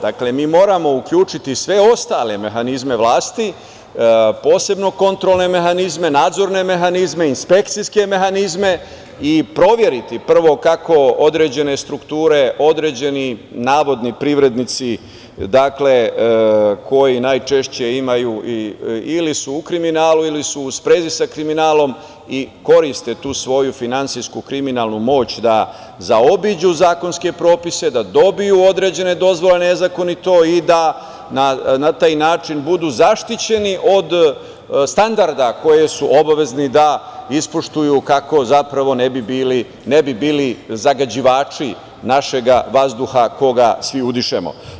Dakle, mi moramo uključiti sve ostale mehanizme vlasti, posebno kontrolne mehanizme, nadzorne mehanizme, inspekcijske mehanizme i proveriti prvo kako određene strukture, određeni navodni privrednici, dakle, koji najčešće su u kriminalu ili su u sprezi sa kriminalom i koriste tu svoju finansijsku kriminalnu moć da zaobiđu zakonske propise, da dobiju određene dozvole nezakonito i da na taj način budu zaštićeni od standarda koje su obavezni da ispoštuju kako zapravo ne bi bili zagađivači našeg vazduha, koji svi udišemo.